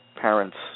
parents